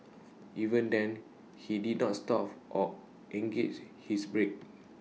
even then he did not stop or engaged his brake